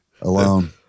alone